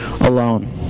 alone